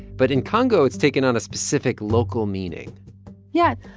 but in congo, it's taken on a specific local meaning yeah.